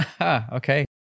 Okay